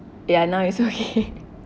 ya now it's okay